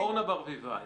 אורנה ברביבאי.